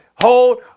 Hold